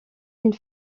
une